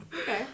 Okay